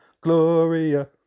Gloria